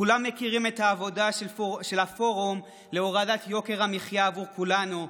כולם מכירים את העבודה של הפורום להורדת יוקר המחיה עבור כולנו,